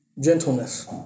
Gentleness